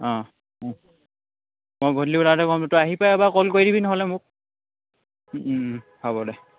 অঁ মই গধূলি ওলালে তই আহি পাই কল কৰি দিবি নহ'লে মোক হ'ব দে